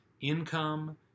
income